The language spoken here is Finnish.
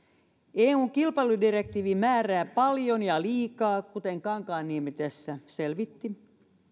eun kilpailudirektiivi määrää paljon liikaa kuten kankaanniemi tässä selvitti